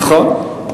נכון.